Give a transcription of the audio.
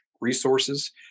resources